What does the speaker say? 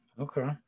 okay